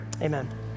amen